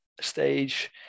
stage